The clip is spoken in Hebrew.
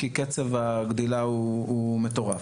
כי קצת הגדילה הוא מטורף.